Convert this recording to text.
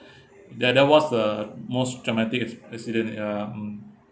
ya that was the most traumatic ac~ accident ya mm